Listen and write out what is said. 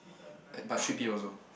er by three P_M also